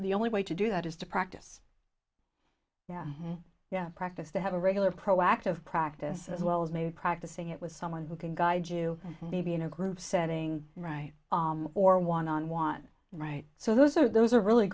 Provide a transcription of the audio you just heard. the only way to do that is to practice yeah yeah practice to have a regular proactive practice as well as maybe practicing it with someone who can guide you maybe in a groove setting right or one on one right so those are those are really